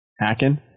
Hacking